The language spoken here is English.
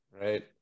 right